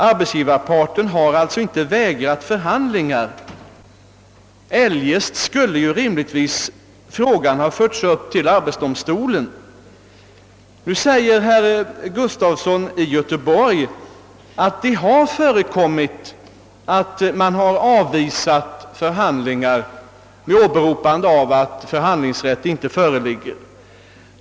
Arbetsgivarparten har alltså inte vägrat förhandlingar; i så fall skulle ju rimligtvis frågan ha förts upp till arbetsdomstolen. Herr Gustafson i Göteborg sade att det har förekommit att man avvisat förslag om förhandlingar under åberopande av att förhandlingsrätt inte föreligger.